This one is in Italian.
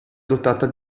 dotata